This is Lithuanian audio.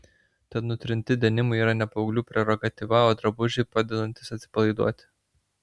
tad nutrinti denimai yra ne paauglių prerogatyva o drabužiai padedantys atsipalaiduoti